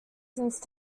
since